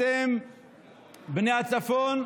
אתם בני הצפון,